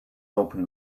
open